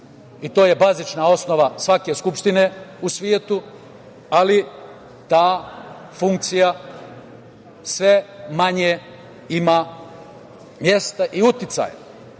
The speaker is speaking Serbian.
To je bazična osnova svake skupštine u svetu, ali ta funkcija sve manje ima mesta i